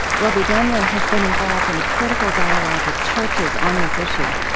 robi damelin has been involved in a critical dialogue with churches on this issue.